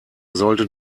sollte